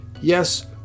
Yes